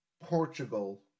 Portugal